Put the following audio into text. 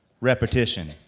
repetition